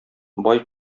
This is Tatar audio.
бай